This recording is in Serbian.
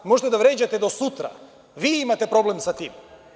Možete da vređate do sutra, ali vi imate problem sa tim.